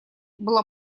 была